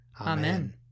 Amen